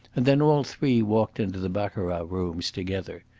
and then all three walked into the baccarat rooms together.